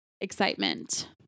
excitement